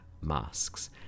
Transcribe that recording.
masks